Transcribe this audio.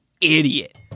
idiot